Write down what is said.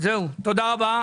תודה רבה.